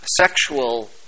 sexual